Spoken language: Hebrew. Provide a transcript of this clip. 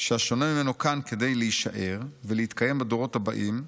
שהשונה ממנו כאן כדי להישאר ולהתקיים בדורות הבאים,